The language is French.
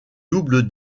double